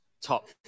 top